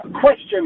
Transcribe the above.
Question